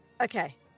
okay